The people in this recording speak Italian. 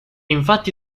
infatti